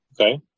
Okay